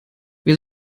wir